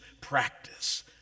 practice